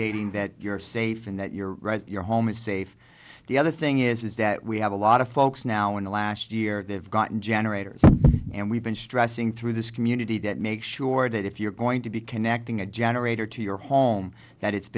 validating that you're safe and that you're right your home is safe the other thing is is that we have a lot of folks now in the last year they've gotten generators and we've been stressing through this community that make sure that if you're going to be connecting a generator to your home that it's